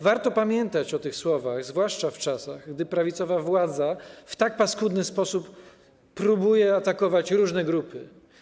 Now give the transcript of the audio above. Warto pamiętać o tych słowach zwłaszcza w czasach, gdy prawicowa władza w tak paskudny sposób próbuje atakować różne grupy.